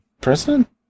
president